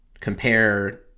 compare